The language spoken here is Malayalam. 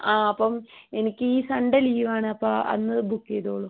അ അപ്പം എനിക്ക് ഈ സൺഡേ ലീവ് ആണ് അപ്പം അന്ന് ബുക്ക് ചെയ്തോളു